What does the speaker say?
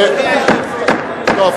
תשמע איזה צביעות יש כאן.